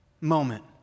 moment